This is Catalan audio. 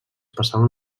passaven